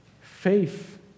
Faith